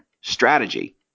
strategy